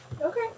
Okay